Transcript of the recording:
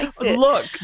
Look